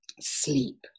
sleep